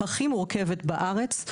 הכי מורכבת בארץ,